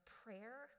prayer